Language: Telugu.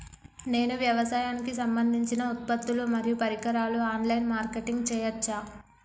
నేను వ్యవసాయానికి సంబంధించిన ఉత్పత్తులు మరియు పరికరాలు ఆన్ లైన్ మార్కెటింగ్ చేయచ్చా?